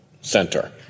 center